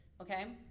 Okay